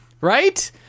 right